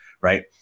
right